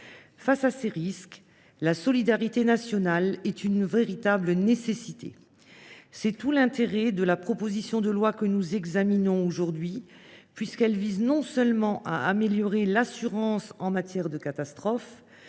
Face à ces risques, la solidarité nationale est une véritable nécessité. C’est tout l’intérêt de la proposition de loi que nous examinons aujourd’hui, puisque celle ci vise non seulement à améliorer l’assurance en matière de catastrophe,